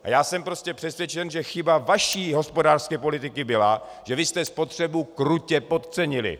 Já jsem prostě přesvědčen, že chyba vaší hospodářské politiky byla, že vy jste spotřebu krutě podcenili.